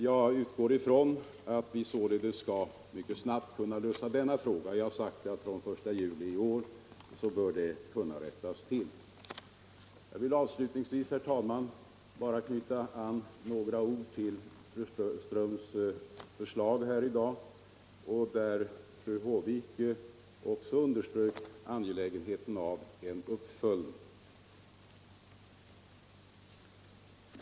Jag utgår ifrån att vi mycket snabbt skall kunna lösa denna fråga. Jag har sagt att nya ersättningsbestämmelser kommer att gälla fr.o.m. den 1 juli i år. Jag vill avslutningsvis, herr talman, bara med några ord knyta an till fru Ströms förslag i dag — även fru Håvik anknöt till detta — om en uppföljning av verksamheten.